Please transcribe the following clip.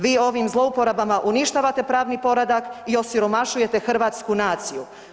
Vi ovim zlouporabama uništavate pravni poredak i osiromašujete hrvatsku naciju.